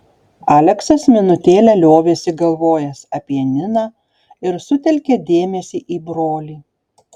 aleksas minutėlę liovėsi galvojęs apie niną ir sutelkė dėmesį į brolį